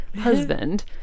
husband